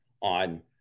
on